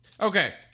Okay